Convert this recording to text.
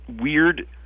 weird